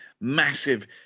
massive